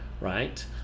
right